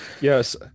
Yes